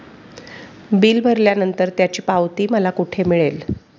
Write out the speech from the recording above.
Bill भरल्यानंतर त्याची पावती मला कुठे मिळेल?